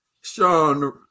Sean